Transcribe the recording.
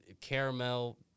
caramel